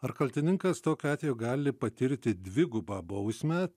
ar kaltininkas tokiu atveju gali patirti dvigubą bausmę